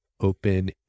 Open